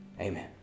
Amen